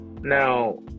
now